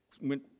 went